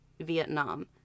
Vietnam